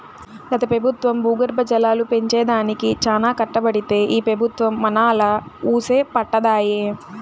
గత పెబుత్వం భూగర్భ జలాలు పెంచే దానికి చానా కట్టబడితే ఈ పెబుత్వం మనాలా వూసే పట్టదాయె